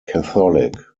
catholic